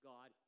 God